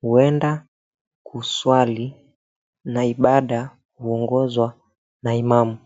huenda kuswali na ibada huongozwa na imamu.